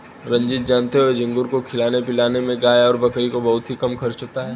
रंजीत जानते हो झींगुर को खिलाने पिलाने में गाय और बकरी से बहुत ही कम खर्च होता है